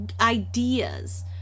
ideas